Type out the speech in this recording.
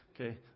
Okay